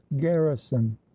garrison